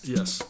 Yes